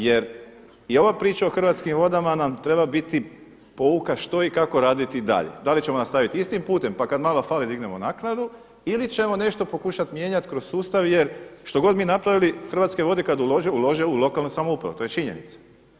Jer i ova priča o Hrvatskim vodama nam treba biti pouka što i kako raditi dalje, da li ćemo nastaviti istim putem, pa kada malo fali dignemo naknadu ili ćemo nešto pokušati mijenjati kroz sustav jer što god mi napravili Hrvatske vode kada ulože, ulože u lokalnu samoupravu, to je činjenica.